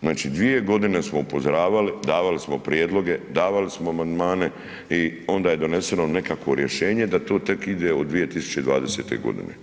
Znači, 2 godine smo upozoravali, davali smo prijedloge, davali smo amandmane i onda je doneseno nekakvo rješenje da to tek ide od 2020. godine.